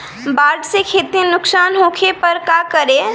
बाढ़ से खेती नुकसान होखे पर का करे?